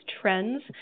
trends